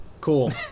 cool